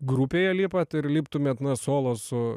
grupėje lipat ir liptumėt na solo su